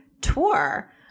tour